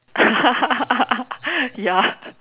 ya